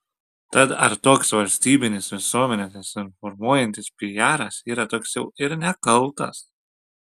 tad ar toks valstybinis visuomenę dezinformuojantis piaras yra toks jau ir nekaltas